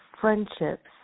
friendships